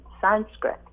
Sanskrit